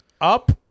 up